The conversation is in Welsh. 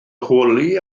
holi